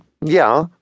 yeah